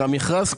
כספים.